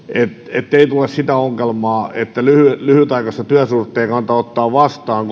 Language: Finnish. että ei tule sitä ongelmaa että lyhytaikaista työsuhdetta ei kannata ottaa vastaan